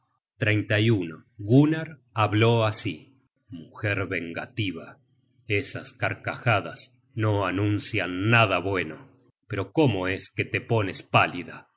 toda su alma gunnar habló así mujer vengativa esas carcajadas no anuncian nada bueno pero cómo es que te pones pálida